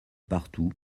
partout